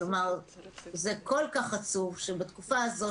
אנחנו לא יכולים להתכחש שבתקופה האחרונה